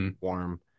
warm